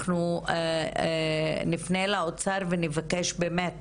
אנחנו נפנה לאוצר ונבקש באמת